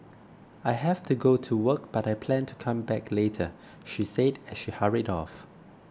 I have to go to work but I plan to come back later she said as she hurried off